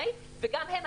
וגם הם,